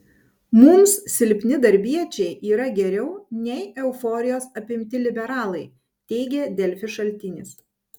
mums silpni darbiečiai yra geriau nei euforijos apimti liberalai teigė delfi šaltinis